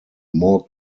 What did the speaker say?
more